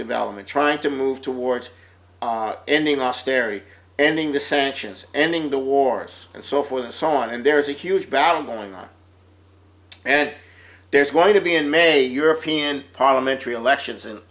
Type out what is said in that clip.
development trying to move towards ending austerity ending the sanctions ending the wars and so forth and so on and there's a huge battle going on and there's going to be in may european parliamentary elections and